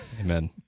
Amen